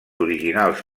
originals